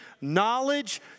Knowledge